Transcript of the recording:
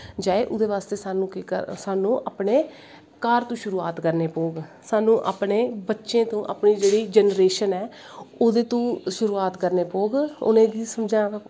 जाए ओह्दे बास्ते साह्नू केह् करना साह्नू अपने घर तो शुऱुआत करने पौह्ग साह्नू अपने बच्चें तों अपनी जेह्ड़ी जनरेशन ऐ ओह्दे तो शुरूआत करने पौह्ग उनेंगी समझाना पौग